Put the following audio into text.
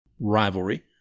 rivalry